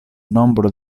nombro